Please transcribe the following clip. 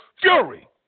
fury